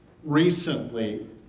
recently